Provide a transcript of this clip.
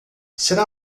será